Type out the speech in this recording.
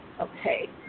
Okay